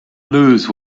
lose